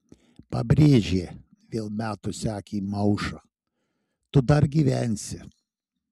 pabrėžė vėl metusi akį į maušą tu dar gyvensi